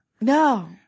No